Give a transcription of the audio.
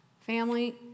Family